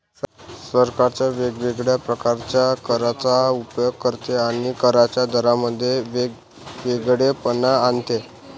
सरकार वेगवेगळ्या प्रकारच्या करांचा उपयोग करते आणि करांच्या दरांमध्ये वेगळेपणा आणते